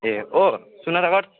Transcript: ए हो